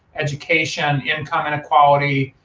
education, income inequality,